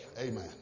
Amen